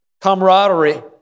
camaraderie